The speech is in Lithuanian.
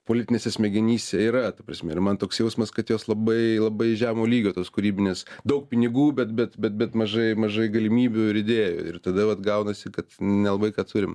politinėse smegenyse yra ta prasme ir man toks jausmas kad jos labai labai žemo lygio tos kūrybinės daug pinigų bet bet bet bet mažai mažai galimybių ir idėjų ir tada vat gaunasi kad nelabai ką turim